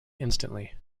instantly